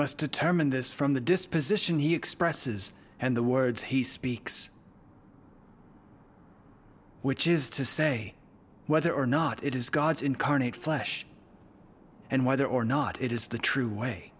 determine this from the disposition he expresses and the words he speaks which is to say whether or not it is god's incarnate flesh and whether or not it is the true way